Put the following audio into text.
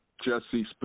Jesse